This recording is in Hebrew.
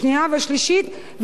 שנייה ושלישית,